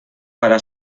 para